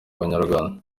banyarwanda